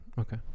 Okay